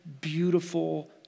beautiful